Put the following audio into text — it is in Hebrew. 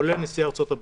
כולל נשיא ארצות-הברית.